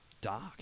dark